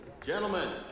Gentlemen